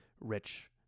rich